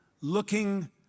looking